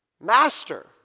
Master